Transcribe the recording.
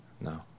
No